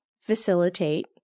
facilitate